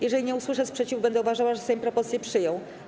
Jeżeli nie usłyszę sprzeciwu, będę uważała, że Sejm propozycję przyjął.